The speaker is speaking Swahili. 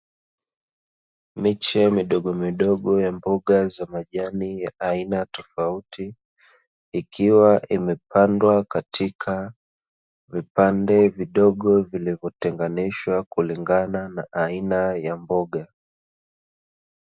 Miche midogomidogo ya mboga za majani ya aina tofauti, ikiwa imepandwa katika vipande vidogo vilivyotenganishwa kulingana na aina ya mboga.